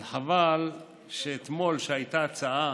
אבל חבל שאתמול, כשהייתה הצעה